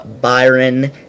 Byron